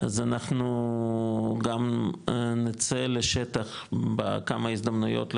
אז אנחנו גם נצא לשטח בכמה הזדמנויות לסיורים,